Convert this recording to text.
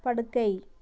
படுக்கை